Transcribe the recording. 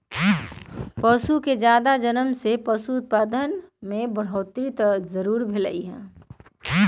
पशु के जादा जनम से पशु उत्पाद में बढ़ोतरी होलई ह